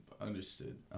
Understood